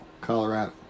Colorado